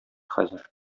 хәзер